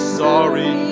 sorry